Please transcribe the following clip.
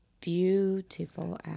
beautiful